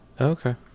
Okay